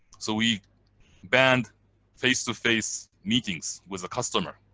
so we banned face to face meetings with the customer.